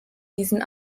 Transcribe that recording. diesen